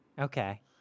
Okay